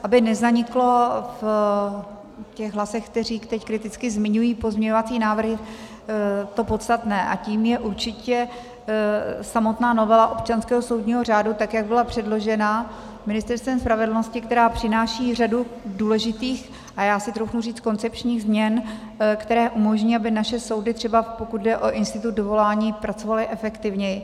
Aby nezaniklo v těch hlasech, které teď kriticky zmiňují pozměňovací návrhy, to podstatné a tím je určitě samotná novela občanského soudního řádu, tak jak byla předložena Ministerstvem spravedlnosti, která přináší řadu důležitých, a já si troufnu říct koncepčních změn, které umožní, aby naše soudy, třeba pokud jde o institut dovolání, pracovaly efektivněji.